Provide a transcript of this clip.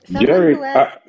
jerry